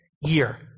year